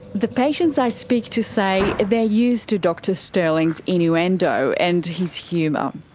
the patients i speak to say they're used to dr stirling's innuendo and his humour.